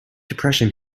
depression